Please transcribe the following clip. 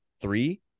three